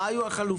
מה היו החלופות?